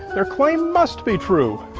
their claim must be true!